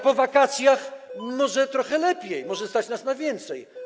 Po wakacjach może jest trochę lepiej, może stać nas na więcej.